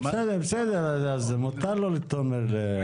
בסדר, מותר לתומר.